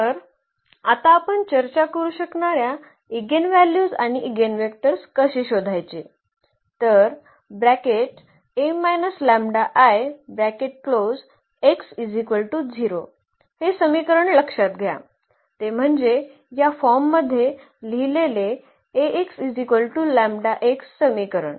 तर आता आपण चर्चा करू शकणार्या इगेनव्हल्यूज आणि ईगेनवेक्टर्स कसे शोधायचे तर हे समीकरण लक्षात घ्या ते म्हणजे या फॉर्ममध्ये लिहिलेले समीकरण